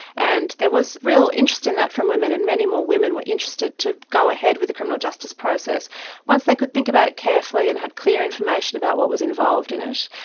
and there was real interest in that from women and many more women were interested to go ahead with the criminal justice process once they could think about it carefully and had clear information about what was involved in it.